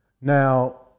Now